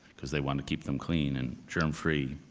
because they wanted to keep them clean and germ-free,